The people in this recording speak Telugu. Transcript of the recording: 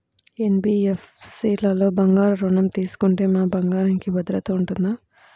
ఎన్.బీ.ఎఫ్.సి లలో బంగారు ఋణం తీసుకుంటే మా బంగారంకి భద్రత ఉంటుందా?